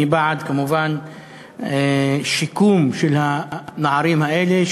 אני כמובן בעד שיקום של הנערים האלה,